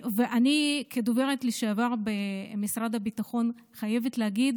כדוברת לשעבר במשרד הביטחון אני חייבת להגיד